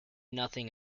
nothing